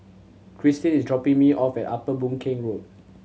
Kristyn is dropping me off at Upper Boon Keng Road